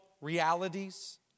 realities